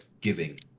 giving